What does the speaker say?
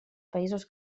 països